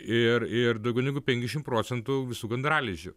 ir ir daugiau negu penkiasdešimt procentų visų gandralizdžių